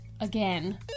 Again